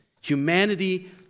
Humanity